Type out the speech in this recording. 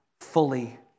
fully